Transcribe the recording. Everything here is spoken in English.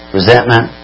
resentment